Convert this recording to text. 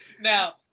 Now